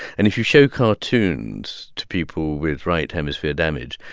and if you show cartoons to people with right hemisphere damage,